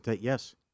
Yes